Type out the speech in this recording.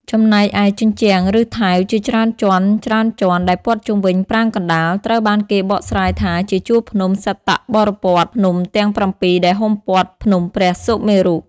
ចំណែកឯ ជញ្ជាំង ឬថែវជាច្រើនជាន់ៗដែលព័ទ្ធជុំវិញប្រាង្គកណ្តាល ត្រូវបានគេបកស្រាយថាជាជួរភ្នំ សត្តបរព៌ត ភ្នំទាំងប្រាំពីរ ដែលហ៊ុមព័ទ្ធភ្នំព្រះសុមេរុ។